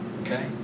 okay